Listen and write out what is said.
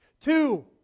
Two